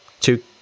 two